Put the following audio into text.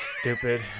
stupid